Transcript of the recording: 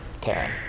Karen